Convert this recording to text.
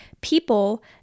people